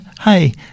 hey